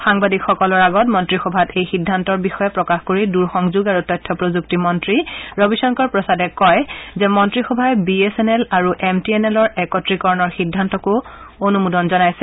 সাংবাদিকসকলৰ আগত মন্ত্ৰীসভাত এই সিদ্ধান্তৰ বিষয়ে প্ৰকাশ কৰি দূৰ সংযোগ আৰু তথ্য প্ৰযুক্তি মন্ত্ৰী ৰবিশংকৰ প্ৰসাদে কয় যে মন্ত্ৰীসভাই বি এছ এন এল আৰু এম টি এন এলৰ একত্ৰীকৰণৰ সিদ্ধান্তকো অনুমোদন জনোৱা হৈছে